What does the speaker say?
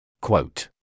Quote